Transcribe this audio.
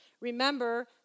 Remember